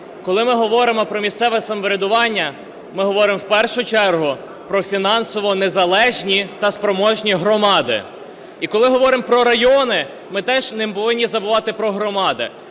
коли ми говоримо про місцеве самоврядування, ми говоримо в першу чергу про фінансово незалежні та спроможні громади. І коли говоримо про райони, ми теж не повинні забувати про громади.